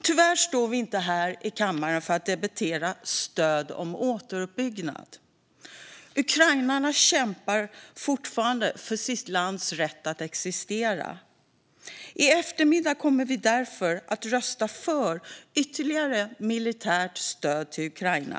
Tyvärr är vi inte här i kammaren för att debattera stöd för återuppbyggnad. Ukrainarna kämpar fortfarande för sitt lands rätt att existera. I eftermiddag kommer vi därför att rösta för ytterligare militärt stöd till Ukraina.